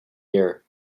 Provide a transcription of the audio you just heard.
here